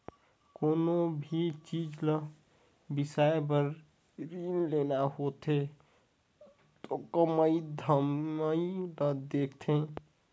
कोनो भी चीच ल बिसाए बर रीन लेना होथे त कमई धमई ल देखथें